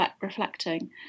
reflecting